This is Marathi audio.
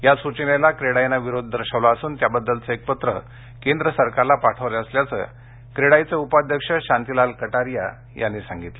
या सूचनेला क्रेडाईने विरोध दर्शवला असून त्याबद्दलचं एक पत्र केंद्र सरकारला पाठवलं असल्याचं क्रेडाईचे उपाध्यक्ष शांतीलाल कटारिया यांनी सांगितलं